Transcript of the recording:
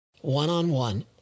one-on-one